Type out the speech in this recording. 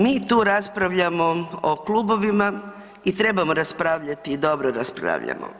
Mi tu raspravljamo o klubovima i trebamo raspravljati i dobro raspravljamo.